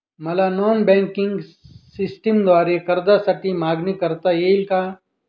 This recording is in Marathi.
मला नॉन बँकिंग सिस्टमद्वारे कर्जासाठी मागणी करता येईल का?